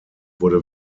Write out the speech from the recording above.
wurde